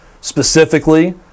specifically